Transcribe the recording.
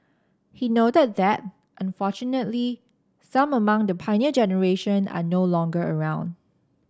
he noted that unfortunately some among the Pioneer Generation are no longer around